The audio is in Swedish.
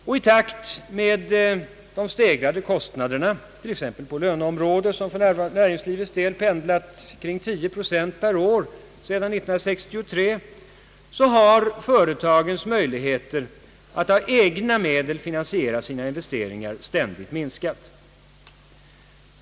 I takt med de stegrade kostnaderna — som t.ex. på löneområdet har pendlat kring för näringslivets del 10 procent per år sedan 1963 — har företagens möjligheter att av egna medel finansiera sina investeringar ständigt minskat.